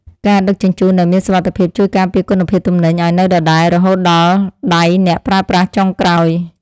ការដឹកជញ្ជូនដែលមានសុវត្ថិភាពជួយការពារគុណភាពទំនិញឱ្យនៅដដែលរហូតដល់ដៃអ្នកប្រើប្រាស់ចុងក្រោយ។